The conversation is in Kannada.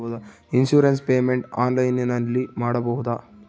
ಇನ್ಸೂರೆನ್ಸ್ ಪೇಮೆಂಟ್ ಆನ್ಲೈನಿನಲ್ಲಿ ಮಾಡಬಹುದಾ?